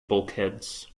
bulkheads